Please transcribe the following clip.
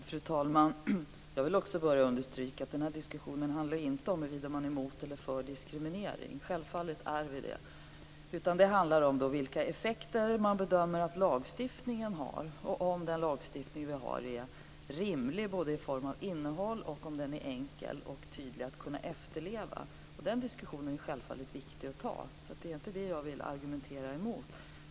Fru talman! Jag vill också börja med att understryka att den här diskussionen inte handlar om huruvida man är för eller emot diskriminering. Självfallet är vi emot. Det handlar om vilka effekter man bedömer att lagstiftningen har och om den lagstiftning vi har är rimlig i innehåll och om den är enkel och tydlig att efterleva. Den diskussionen är det självfallet viktigt att ta. Det är inte det jag vill argumentera mot.